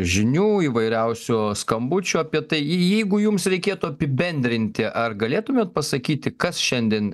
žinių įvairiausių skambučių apie tai jeigu jums reikėtų apibendrinti ar galėtumėt pasakyti kas šiandien